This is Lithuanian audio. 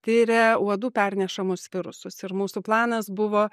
tiria uodų pernešamus virusus ir mūsų planas buvo